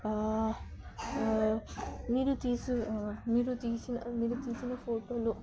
మీరు తీసు మీరు తీసిన మీరు తీసిన ఫోటోలో